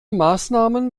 maßnahmen